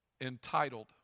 Entitled